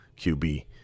QB